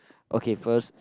okay first